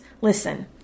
Listen